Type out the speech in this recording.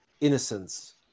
innocence